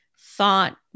thought